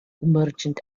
merchant